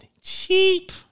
cheap